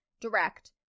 direct